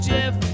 Jeff